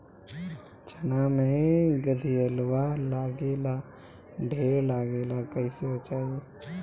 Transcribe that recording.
चना मै गधयीलवा लागे ला ढेर लागेला कईसे बचाई?